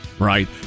Right